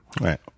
Right